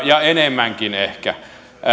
ja enemmänkin ehkä